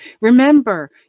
Remember